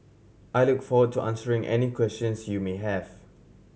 I look forward to answering any questions you may have